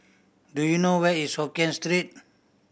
do you know where is Hokkien Street